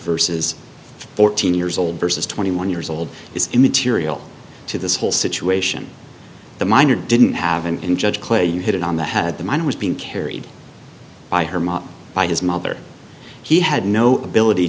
versus fourteen years old versus twenty one years old is immaterial to this whole situation the minor didn't have an in judge clay you hit it on the had the man who was being carried by her mom by his mother he had no ability